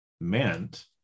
meant